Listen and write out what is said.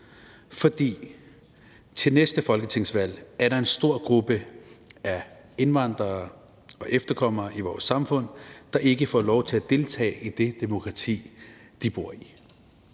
for til næste folketingsvalg er der en stor gruppe af indvandrere og deres efterkommere i vores samfund, der ikke får lov til at deltage i det demokrati, de bor i.